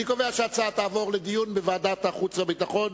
אני קובע שההצעה תעבור לדיון בוועדת החוץ והביטחון.